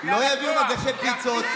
בגלל הכוח יכניסו יותר חמץ.